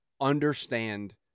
understand